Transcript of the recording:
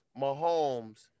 Mahomes